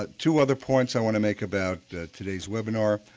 ah two other points i want to make about today's webinar.